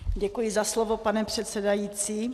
Děkuji za slovo, pane předsedající.